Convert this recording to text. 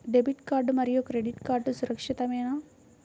Debit card మరియు credit card సురక్షితమేనా?